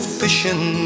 fishing